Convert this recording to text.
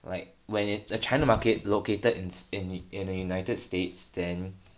like when the China market located in Spain i~ in the United States then